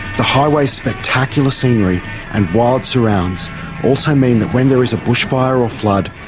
the highway's spectacular scenery and wild surrounds also mean that when there is a bushfire or flood,